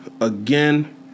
Again